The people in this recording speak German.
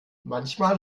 manchmal